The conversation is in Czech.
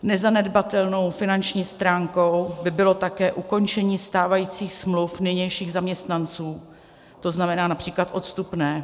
Nezanedbatelnou finanční stránkou by bylo také ukončení stávajících smluv nynějších zaměstnanců, to znamená například odstupné.